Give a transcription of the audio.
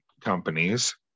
companies